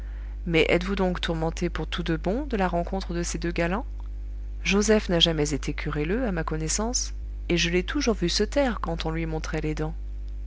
mais êtes-vous donc tourmenté pour tout de bon de la rencontre de ces deux galants joseph n'a jamais été querelleux à ma connaissance et je l'ai toujours vu se taire quand on lui montrait les dents